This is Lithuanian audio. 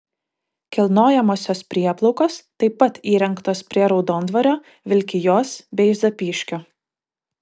kilnojamosios prieplaukos taip pat įrengtos prie raudondvario vilkijos bei zapyškio